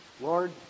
Lord